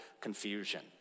confusion